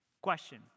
Question